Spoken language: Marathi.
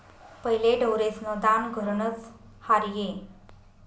पहिले ढोरेस्न दान घरनंच र्हाये